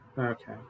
Okay